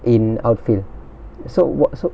in outfield so what so